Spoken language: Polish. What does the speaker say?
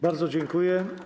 Bardzo dziękuję.